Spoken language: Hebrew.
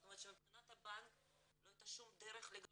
זאת אומרת שמבחינת הבנק לא הייתה שום דרך לגלות,